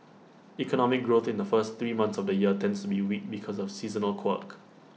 economic growth in the first three months of the year tends to be weak because of A seasonal quirk